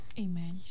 Amen